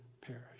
perish